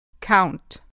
Count